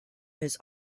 his